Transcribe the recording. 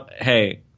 hey